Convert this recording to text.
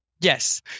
Yes